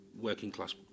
working-class